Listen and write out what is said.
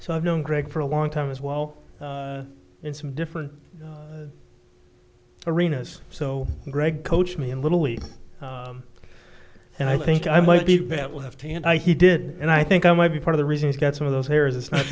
so i've known greg for a long time as well in some different arenas so greg coached me in little league and i think i might be that lefty and i he did and i think i might be part of the reasons get some of those areas it's not